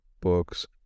books